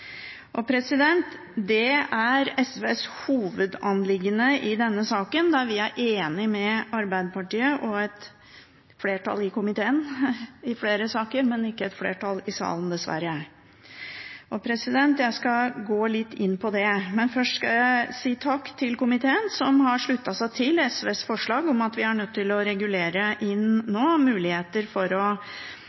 voldsom prisøkning. Det er SVs hovedanliggende i denne saken, der vi er enige med Arbeiderpartiet og et flertall i komiteen på flere punkter, men dessverre ikke et flertall i salen. Jeg skal gå litt inn på det, men først skal jeg si takk til komiteen, som har sluttet seg til SVs forslag om at vi også er nødt til å regulere inn muligheter for å